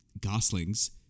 goslings